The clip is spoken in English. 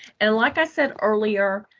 and like i said earlier,